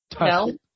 No